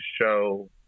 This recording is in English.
show